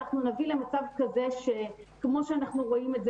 אנחנו נביא למצב כזה כמו שאנחנו רואים,